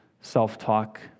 self-talk